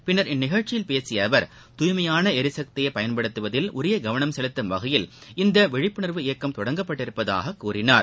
பின்னர் இந்நிகழ்ச்சயில் பேசிய அவர் தூய்மையான எரிசக்தியை பயன்படுத்துவதில் உரிய கவனம் செலுத்தும் வகையில் இந்த விழிப்புனர்வு இயக்கம் தொடங்கப்பட்டுள்ளதாக கூறினார்